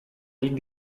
ligue